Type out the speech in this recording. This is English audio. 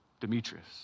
Demetrius